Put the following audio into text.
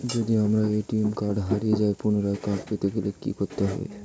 যদি আমার ATM card হারিয়ে যায় পুনরায় কার্ড পেতে গেলে কি করতে হবে?